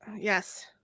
Yes